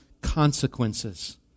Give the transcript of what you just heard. consequences